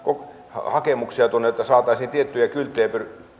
hakemuksia tuonne että saataisiin tiettyjä kylttejä